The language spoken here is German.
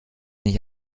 nicht